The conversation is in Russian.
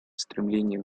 стремление